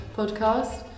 podcast